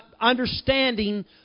understanding